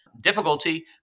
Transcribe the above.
difficulty